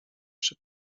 przy